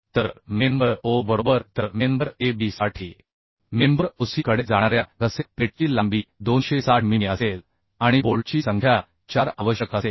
तर member OB बरोबर तरमेंबर Ab साठी मेंबर OC कडे जाणाऱ्या गसेट प्लेटची लांबी 260 मिमी असेल आणि बोल्टची संख्या 4 आवश्यक असेल